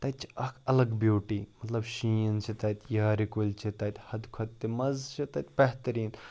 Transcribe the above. تَتہِ چھِ اَکھ اَلگ بیوٗٹی مطلب شیٖن چھِ تَتہِ یارِ کُلۍ چھِ تَتہِ حدٕ کھۄتہٕ تہِ مَزٕ چھِ تَتہِ بہتریٖن